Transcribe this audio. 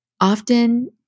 Often